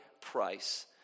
price